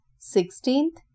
sixteenth